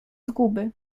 zguby